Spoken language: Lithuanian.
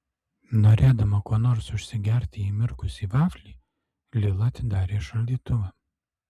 norėdama kuo nors užsigerti įmirkusį vaflį lila atidarė šaldytuvą